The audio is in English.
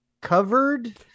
covered